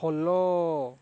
follow